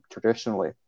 traditionally